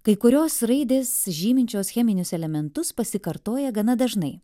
kai kurios raidės žyminčios cheminius elementus pasikartoja gana dažnai